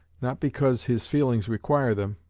not because his feelings require them,